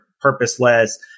purposeless